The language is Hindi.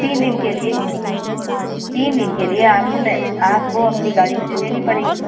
तीन दिन के लिए एह तीन दिन के लिए आपको मैं आपको अपनी गाड़ी मुझे देनी पड़ेगी